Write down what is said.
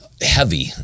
heavy